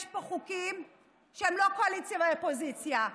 יש פה חוקים שהם לא קואליציה ואופוזיציה,